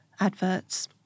adverts